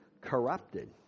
corrupted